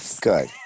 good